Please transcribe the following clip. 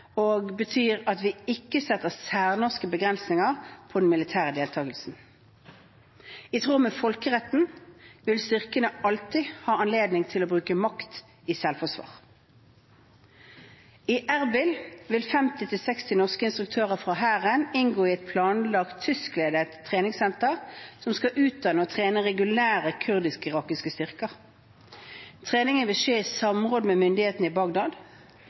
og betyr at vi ikke setter særnorske begrensninger på den militære deltakelsen. I tråd med folkeretten vil styrkene alltid ha anledning til å bruke makt i selvforsvar. I Erbil vil 50–60 norske instruktører fra Hæren inngå i et planlagt tyskledet treningssenter som skal utdanne og trene regulære kurdisk-irakiske styrker. Treningen vil skje i samråd med myndighetene i Bagdad.